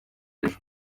ejo